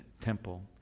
temple